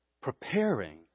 Preparing